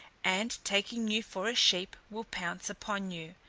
and taking you for a sheep, will pounce upon you,